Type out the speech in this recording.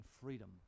freedom